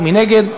מי נגד?